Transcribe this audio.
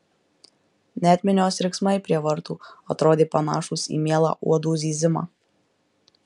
net minios riksmai prie vartų atrodė panašūs į mielą uodų zyzimą